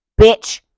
bitch